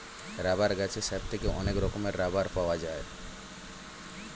rubber গাছের sap থেকে অনেক রকমের রাবার পাওয়া যায়